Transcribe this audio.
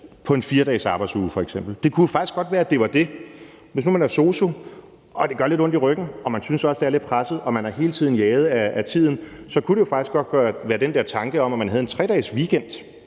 på en 4-dagesarbejdsuge. Det kunne jo faktisk godt være det. Hvis man nu er sosu, og det gør lidt ondt i ryggen, og man også synes, det er lidt presset, og man hele tiden er jaget af tiden, så kunne det jo faktisk godt være den der tanke om, at man havde en 3-dagesweekend,